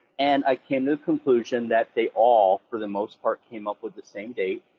and i came to a conclusion that they all, for the most part, came up with the same date,